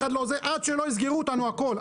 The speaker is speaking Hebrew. עד שלא יסגרו איתנו את הכול.